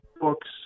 books